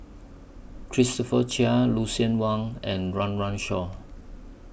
Christopher Chia Lucien Wang and Run Run Shaw